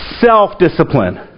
self-discipline